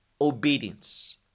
obedience